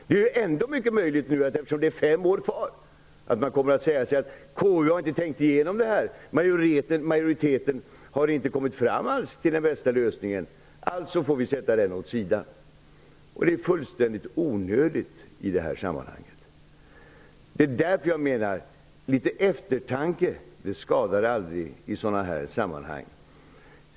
Det är ändå mycket möjligt, eftersom det är fem år kvar, att man kommer att säga: KU har inte tänkt igenom det här. Majoriteten har inte alls kommit fram till den bästa lösningen. Alltså får vi sätta den åt sidan. Det är fullständigt onödigt. Det är därför jag menar: Litet eftertanke skadar aldrig i sådana här sammanhang.